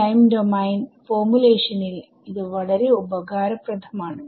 time domain ഫോർമുലേഷനിൽ ഇത് വളരെ ഉപകാരപ്രധം ആണ്